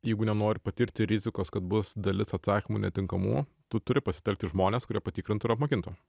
jeigu nenori patirti rizikos kad bus dalis atsakymų netinkamų tu turi pasitelkti žmonės kurie patikrintų apmokintų